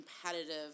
competitive